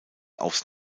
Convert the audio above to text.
aufs